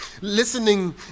Listening